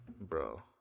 Bro